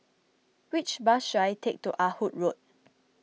which bus should I take to Ah Hood Road